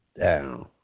down